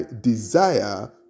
desire